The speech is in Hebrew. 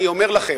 אני אומר לכם,